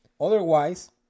otherwise